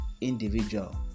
individual